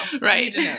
Right